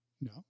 no